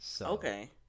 Okay